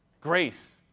Grace